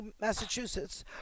Massachusetts